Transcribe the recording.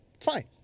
Fine